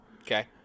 Okay